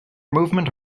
movement